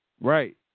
Right